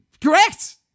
Correct